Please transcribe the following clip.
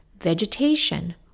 vegetation